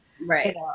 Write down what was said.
right